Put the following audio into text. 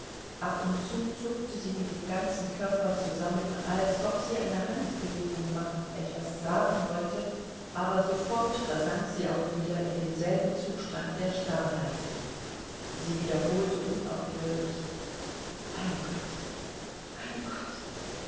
ab und zu zuckte sie mit dem ganzen körper zusammen als ob sie eine handbewegung machen etwas sagen wollte aber sofort versank sie auch wieder in denselben zustand der starrheit sie wiederholte unaufhörlich mein gott mein gott